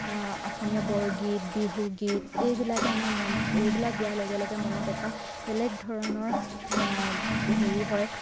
অসমীয়া বৰগীত বিহুগীত এইবিলাকে আমাৰ মন এইবিলাক গোৱাৰ লগে লগে মনত এটা বেলেগ ধৰণৰ হেৰি হয়